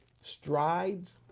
strides